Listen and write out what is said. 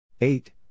Eight